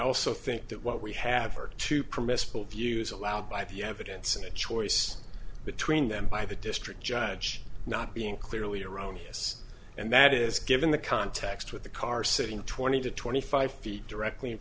also think that what we have are two permissible views allowed by the evidence and the choice between them by the district judge not being clearly erroneous and that is given the context with the car sitting twenty to twenty five feet directly in